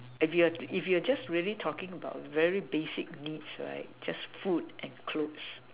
if you're if you're just really talking about very basic needs right just food and clothes